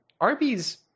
Arby's